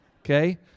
Okay